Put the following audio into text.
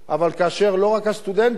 וכאשר לא רק הסטודנטים,